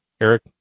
Eric